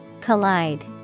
Collide